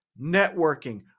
networking